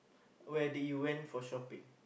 where do you went for shopping